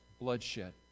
bloodshed